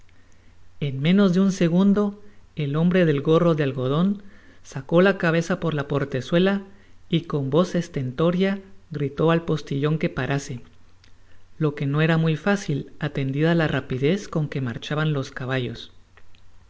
en menos de un segundo el hombre del garro de algodon saoó la cabeza por la portezuela y con voz estentórea gritó al postillon que parase lo que no era muy fácil atendida la rapidez con que marchaban los caballos